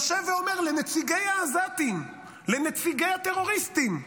יושב ואומר לנציג העזתים, לנציגי הטרוריסטים,